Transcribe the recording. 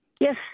Yes